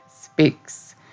Speaks